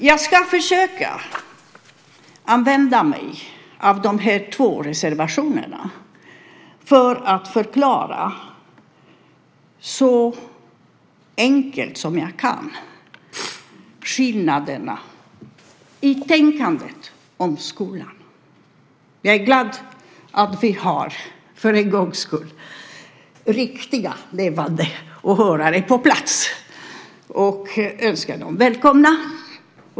Jag ska försöka använda mig av de här två reservationerna för att förklara, så enkelt jag kan, skillnaderna i tänkandet om skolan. Jag är glad att vi för en gångs skull har riktiga, levande åhörare på plats och önskar dem välkomna.